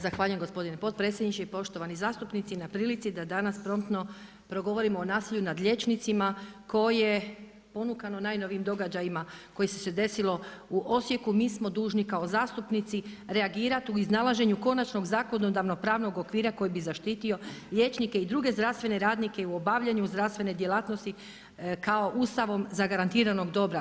Zahvaljujem gospodine potpredsjedniče, poštovani zastupnici na prilici da danas promptno progovorimo o nasilju nad liječnicima koje ponukano najnovijim događajima koji su se desili u Osijeku mi smo dužni kao zastupnici reagirati u iznalaženju konačnog zakonodavnog pravnog okvira koji bi zaštitio liječnike i druge zdravstvene radnike i u obavljanju zdravstvene djelatnosti kao Ustavom zagarantiranog dobra.